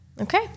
Okay